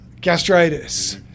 gastritis